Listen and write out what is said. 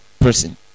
person